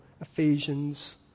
Ephesians